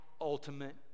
ultimate